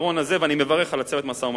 הפתרון הזה, ואני מברך על צוות המשא-ומתן.